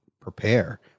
prepare